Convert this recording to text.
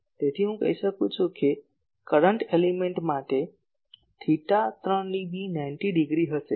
તેથી હું કહી શકું છું કે કરંટ એલિમેન્ટ માટે થેટા 3 ડીબી 90 ડિગ્રી હશે